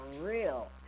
real